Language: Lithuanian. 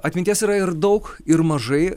atminties yra ir daug ir mažai